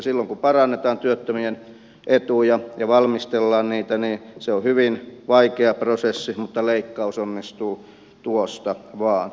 silloin kun parannetaan työttömien etuja ja valmistellaan niitä niin se on hyvin vaikea prosessi mutta leikkaus onnistuu tuosta vain